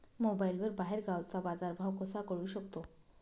मोबाईलवर बाहेरगावचा बाजारभाव कसा कळू शकतो?